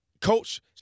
Coach